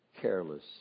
careless